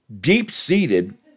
deep-seated